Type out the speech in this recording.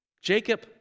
Jacob